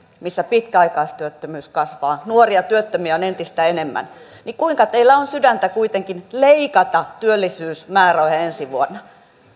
missä pitkäaikaistyöttömyys kasvaa nuoria työttömiä on entistä enemmän niin kuinka teillä on sydäntä kuitenkin leikata työllisyysmäärärahoja ensi vuonna